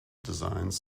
designs